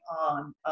on